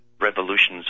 revolutions